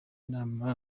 inama